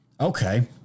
Okay